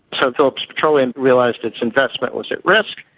so phillips petroleum realised its investment was at risk.